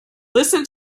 listen